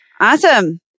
Awesome